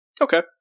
Okay